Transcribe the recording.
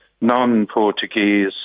non-Portuguese